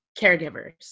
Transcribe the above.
caregivers